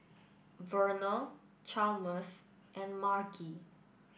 Verner Chalmers and Margy